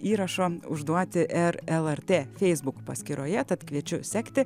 įrašo užduoti ir lrt facebook paskyroje tad kviečiu sekti